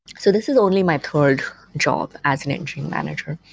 so this is only my third job as an engineering manager.